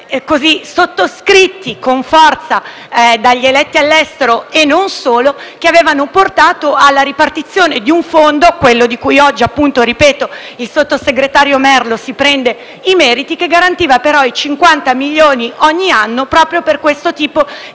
sottoscritti con forza dagli eletti all'estero, e non solo, che avevano portato alla ripartizione di un fondo, quello di cui oggi - lo ripeto - il sottosegretario Merlo si prende i meriti, che garantiva 50 milioni ogni anno proprio per questo tipo di